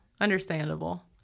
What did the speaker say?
Understandable